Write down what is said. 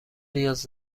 نیاز